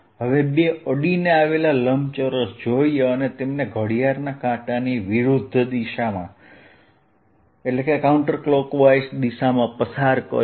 હવે બે અડીને આવેલા લંબચોરસ જોઈએ અને તેમને ઘડિયાળના કાંટાની વિરુદ્ધ દિશામાં પસાર કરીએ